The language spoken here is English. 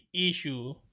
issue